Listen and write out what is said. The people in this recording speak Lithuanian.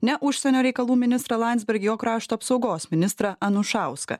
ne užsienio reikalų ministrą landsbergį o krašto apsaugos ministrą anušauską